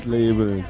Label